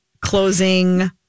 closing